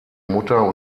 mutter